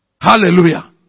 Hallelujah